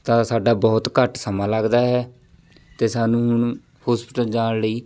ਤਾਂ ਸਾਡਾ ਬਹੁਤ ਘੱਟ ਸਮਾਂ ਲੱਗਦਾ ਹੈ ਅਤੇ ਸਾਨੂੰ ਹੁਣ ਹੋਸਪਿਟਲ ਜਾਣ ਲਈ